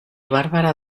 bárbara